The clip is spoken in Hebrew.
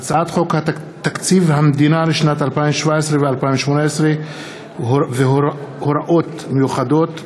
הצעת חוק תקציב המדינה לשנים 2017 ו-2018 (הוראות מיוחדות)